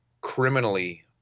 criminally